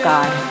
God